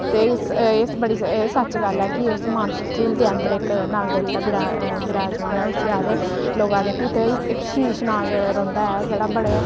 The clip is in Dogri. ते एह् बड़ी एह् सच्च गल्ल ऐ कि उस मानसर झील दे अंदर इक नाग देवता बराज बराजमान ऐ उस्सी आखदे लोक आखदे की उत्थै इक शेश नाग रौंह्दा ऐ जेह्ड़ा बड़े